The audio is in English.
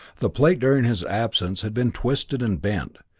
the plate, during his absence, had been twisted and bent,